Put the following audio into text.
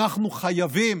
אנחנו חייבים